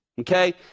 okay